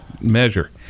measure